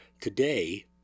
Today